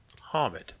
Hamid